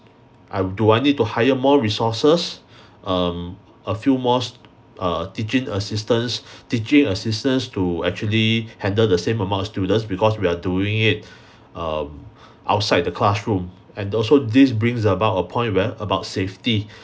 I do I need to hire more resources um a few more s~ err teaching assistants teaching assistants to actually handle the same amount of students because we are doing it um outside the classroom and also this brings about a point where about safety